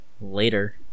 Later